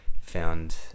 found